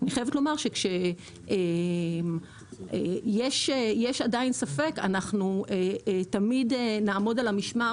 אני חייבת לומר שכשיש עדיין ספק אנחנו תמיד נעמוד על המשמר